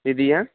द्वितीय